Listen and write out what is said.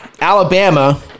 Alabama